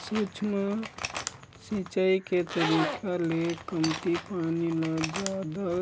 सूक्ष्म सिंचई के तरीका ले कमती पानी ल जादा